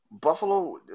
Buffalo